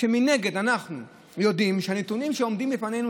ומנגד אנחנו יודעים שהנתונים שעומדים לפנינו,